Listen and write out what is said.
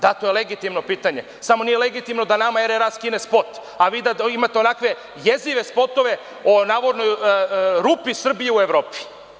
Da, to je legitimno pitanje, samo nije legitimno da nama RRA skine spot, a vi da imate onakve jezive spotove o navodnoj rupi Srbije u Evropi.